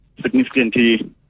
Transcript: significantly